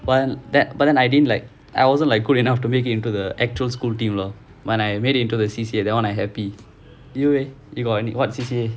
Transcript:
but then that but then I didn't like I wasn't like good enough to make it into the actual school team lah but I made it into the C_C_A that [one] I happy you eh you got any [what] C_C_A